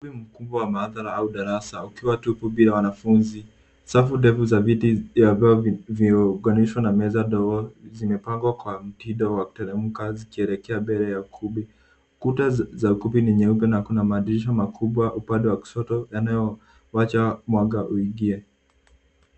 Ukumbi mkubwa wa maabara au darasa ukiwa tup bila wanafunzi. Safu ndefu ya viti vya mbao vimeungwanishwa na meza ndogo zimepangwa kwa mtindo wa kuteremka zikielekea mbele ya ukumbi. Kuta za- za ukumbi ni nyeupe na kuna madirisha makubwa upande wa kushoto yanayowacha mwanga uingie.